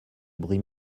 bruits